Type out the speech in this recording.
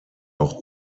auch